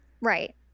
right